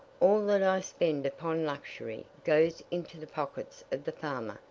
all that i spend upon luxury goes into the pockets of the farmer,